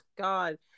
God